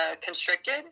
constricted